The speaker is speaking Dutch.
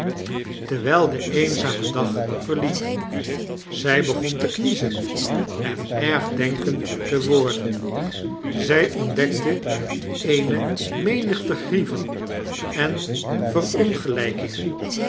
terwgl de eenzame dag verliep zy begon te kniezen en ergdenkend te worden zj ontdekte eene menigte grieven en